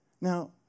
Now